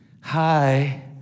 hi